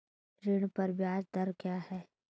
ऋण पर ब्याज दर क्या है?